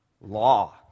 law